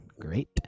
great